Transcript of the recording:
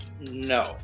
No